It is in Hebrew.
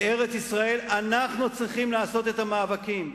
בארץ-ישראל אנחנו צריכים לעשות את המאבקים,